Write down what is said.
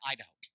Idaho